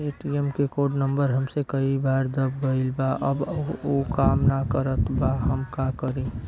ATM क code number हमसे कई बार दब गईल बा अब उ काम ना करत बा हम का करी?